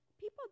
People